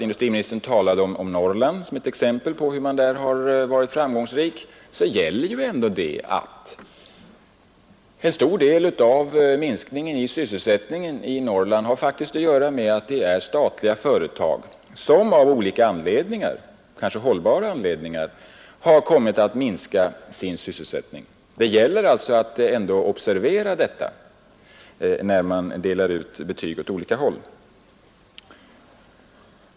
Industriministern talade visst om Norrland som exempel på att man varit framgångsrik, men en stor del av minskningen i sysselsättningen i Norrland beror faktiskt på att statliga företag av olika — kanske hållbara — anledningar har kommit att minska sin sysselsättning. Det gäller att observera detta när man delar ut betyg åt olika håll.